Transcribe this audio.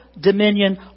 Dominion